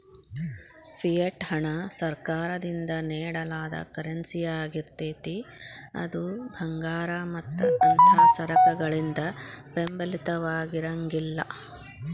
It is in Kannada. ಫಿಯೆಟ್ ಹಣ ಸರ್ಕಾರದಿಂದ ನೇಡಲಾದ ಕರೆನ್ಸಿಯಾಗಿರ್ತೇತಿ ಅದು ಭಂಗಾರ ಮತ್ತ ಅಂಥಾ ಸರಕಗಳಿಂದ ಬೆಂಬಲಿತವಾಗಿರಂಗಿಲ್ಲಾ